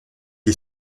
est